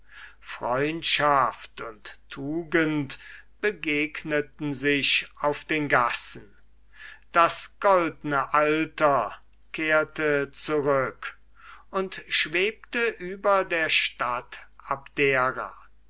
freundschaft und tugend begegneten sich auf den gassen das goldne alter kehrte zurück und schwebte über der stadt abdera